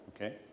Okay